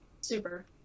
Super